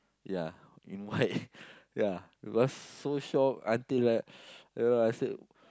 ya in white ya it was so shock until I you know I said